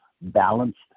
balanced